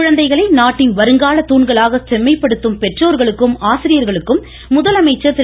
குழந்தைகளை நாட்டின் வருங்கால தூண்களாக செம்மைப்படுத்தும் பெற்றோர்களுக்கும் பழனிச்சாமி ஆசிரியர்களுக்கும் முதலமைச்சர் திரு